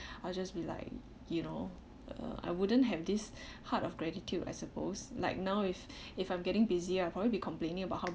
I'll just be like you know uh I wouldn't have this heart of gratitude I suppose like now if if I'm getting busy I probably be complaining about how